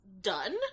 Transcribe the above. done